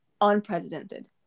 unprecedented